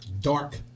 Dark